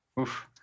Oof